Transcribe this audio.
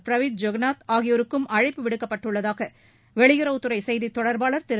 பிரவிந்த் ஜெகநாத் ஆகியோருக்கும் அழைப்பு விடுக்கப்பட்டுள்ளதாக வெளியுறவுத்துறை செய்தி தொடர்பாளர் திரு